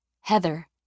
Heather